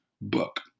book